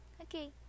Okay